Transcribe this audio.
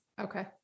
Okay